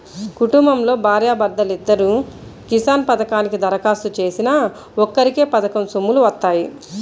కుటుంబంలో భార్యా భర్తలిద్దరూ కిసాన్ పథకానికి దరఖాస్తు చేసినా ఒక్కరికే పథకం సొమ్ములు వత్తాయి